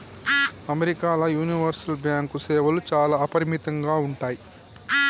అమెరికాల universal bank సేవలు చాలా అపరిమితంగా ఉంటయ్